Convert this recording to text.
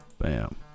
Bam